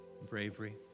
bravery